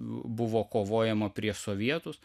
buvo kovojama prieš sovietus